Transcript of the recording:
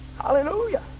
Hallelujah